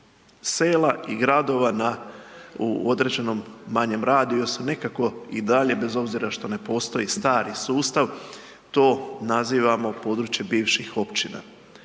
sela i gradova na, u određenom manjem radijusu nekako i dalje bez obzira što ne postoji stari sustav, to nazivamo područje bivših općina.